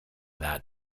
that